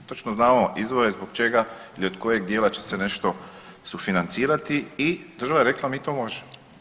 Točno znamo izvore zbog čega ili od kojeg dijela će se nešto sufinancirati i država je rekla mi to možemo.